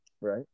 Right